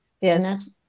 Yes